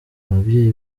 ababyeyi